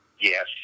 Yes